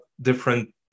different